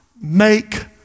make